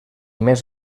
més